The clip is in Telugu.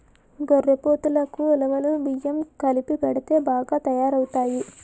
గొర్రెపోతులకి ఉలవలు బియ్యం కలిపెడితే బాగా తయారవుతాయి